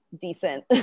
decent